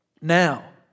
Now